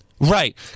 Right